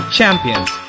champions